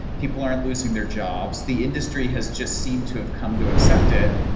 people aren't losing their jobs. the industry has just seem to have come to accept it,